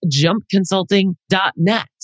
jumpconsulting.net